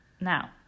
Now